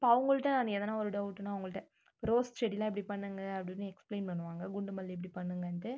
அப்ப அவங்கள்ட்ட நான் எதுனா ஒரு டவுட்டுன்னா அவங்கள்ட்ட ரோஸ் செடிலாம் இப்படி பண்ணுங்க அப்படி இப்படின்னு எக்ஸ்ப்ளைன் பண்ணுவாங்க குண்டுமல்லி இப்படி பண்ணுங்கனுட்டு